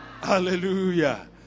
hallelujah